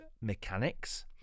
mechanics